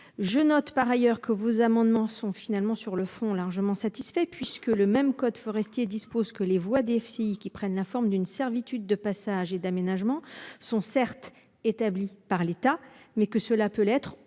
Je note par ailleurs que vos amendements sont finalement sur le fond largement satisfait puisque le même code forestier dispose que les voix des filles qui prennent la forme d'une servitude de passage et d'aménagement sont certes établi par l'État mais et que cela peut l'être